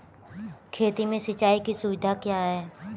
खेती में सिंचाई की सुविधा क्या है?